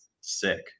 sick